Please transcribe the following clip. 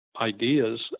ideas